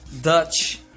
dutch